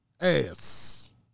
ass